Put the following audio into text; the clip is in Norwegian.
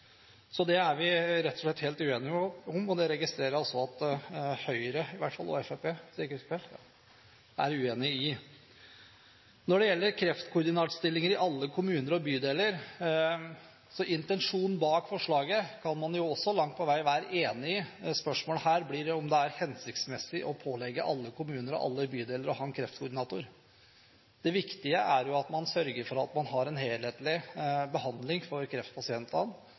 Så det er vi rett og slett helt uenige om. Jeg registrerer at Høyre i hvert fall – og Fremskrittspartiet, hvis jeg ikke husker feil – også er uenig i det. Når det gjelder kreftkoordinatorstillinger i alle kommuner og bydeler, kan man også langt på vei være enig i intensjonen bak forslaget. Spørsmålet blir om det er hensiktsmessig å pålegge alle kommuner og bydeler å ha en kreftkoordinator. Det viktige er jo at man sørger for at man har en helhetlig behandling for kreftpasientene,